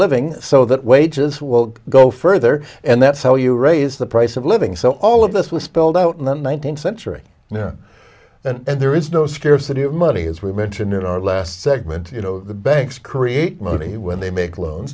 living so that wages will go further and that's how you raise the price of living so all of this was spelled out in the nineteenth century and there is no scarcity of money as we mentioned in our last segment you know the banks create money when they make loans